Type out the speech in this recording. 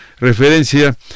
referencia